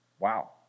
Wow